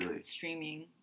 streaming